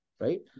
right